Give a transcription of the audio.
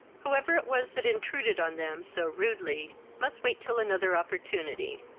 whoever it was that intruded on them so rudely must wait till another opportunity.